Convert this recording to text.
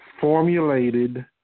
Formulated